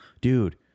Dude